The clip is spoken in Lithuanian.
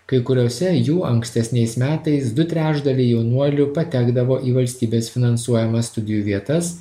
kai kuriose jų ankstesniais metais du trečdaliai jaunuolių patekdavo į valstybės finansuojamas studijų vietas